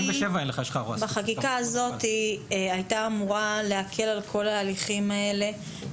החקיקה הזאת הייתה אמורה להקל על כל התהליכים האלה